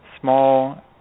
small